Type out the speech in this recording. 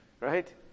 right